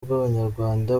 bw’abanyarwanda